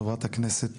חברתנו הכנסת,